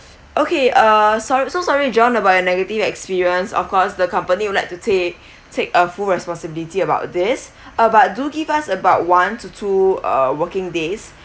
okay uh sorry so sorry john about your negative experience of course the company would like to take take a full responsibility about this uh but do give us about one to two uh working days